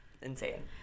insane